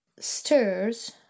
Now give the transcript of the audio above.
stirs